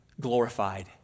glorified